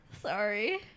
Sorry